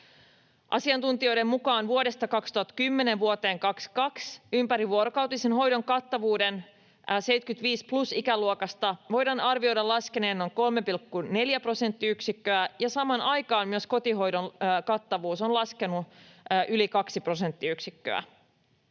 Asiantuntijoiden mukaan vuodesta 2010 vuoteen 22 ympärivuorokautisen hoidon kattavuuden 75 plus -ikäluokasta voidaan arvioida laskeneen noin 3,4 prosenttiyksikköä ja samaan aikaan myös kotihoidon kattavuus on laskenut yli 2 prosenttiyksikköä.